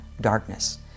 darkness